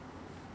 price I mean